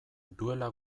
duela